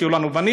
שיהיו לנו בנים,